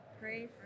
pray